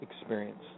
experience